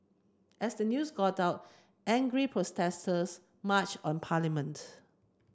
as the news got out angry protesters marched on parliament